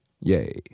Yay